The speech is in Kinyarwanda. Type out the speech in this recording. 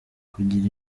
kugira